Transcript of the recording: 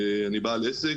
אני בעל עסק,